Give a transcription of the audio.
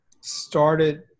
started